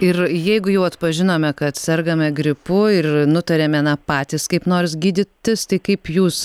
ir jeigu jau atpažinome kad sergame gripu ir nutarėme na patys kaip nors gydytis tai kaip jūs